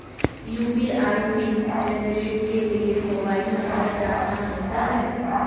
UPI PIN generate के लिए mobile number डालना होता है